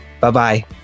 Bye-bye